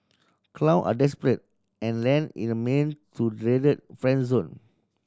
clown are desperate and land in a man to dreaded friend zone